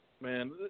Man